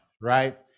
right